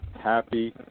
Happy